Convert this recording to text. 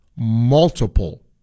Multiple